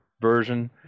version